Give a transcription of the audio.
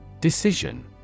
Decision